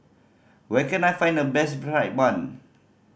where can I find the best fried bun